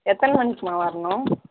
எத்தனை மணிக்கும்மா வரணும்